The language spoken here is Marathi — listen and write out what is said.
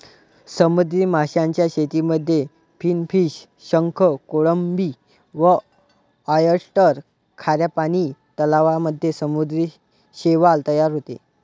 समुद्री माशांच्या शेतीमध्ये फिनफिश, शंख, कोळंबी व ऑयस्टर, खाऱ्या पानी तलावांमध्ये समुद्री शैवाल तयार होते